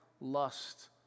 lust